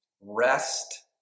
rest